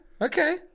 okay